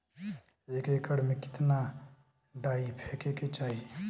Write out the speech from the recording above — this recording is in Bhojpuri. एक एकड़ में कितना डाई फेके के चाही?